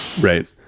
right